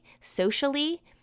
socially